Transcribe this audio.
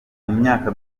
myaka